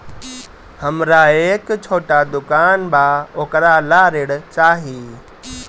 हमरा एक छोटा दुकान बा वोकरा ला ऋण चाही?